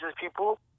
people